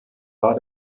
war